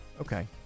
Okay